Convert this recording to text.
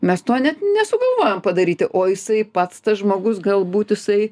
mes to net nesugalvojam padaryti o jisai pats tas žmogus galbūt jisai